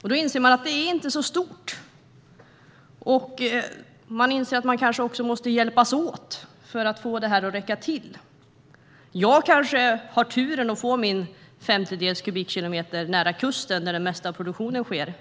Då inser man att haven inte är så stora och att man också måste hjälpas åt för att få dem att räcka till. Jag kanske har turen att få min femtedels kubikkilometer nära kusten, där det mesta av produktionen sker.